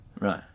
right